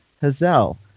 hazel